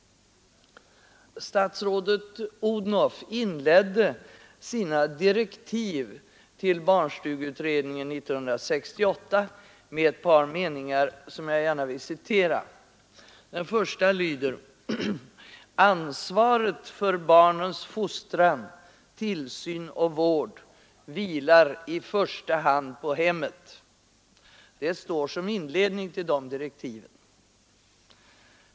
Statsrådet Odhnoff inledde sina direktiv till barnstugeutredningen 1968 med ett par meningar som jag gärna vill citera. Den första lyder: ”Ansvaret för barnens fostran, tillsyn och vård vilar i första hand på hemmet.” Det står som inledning till direktiven.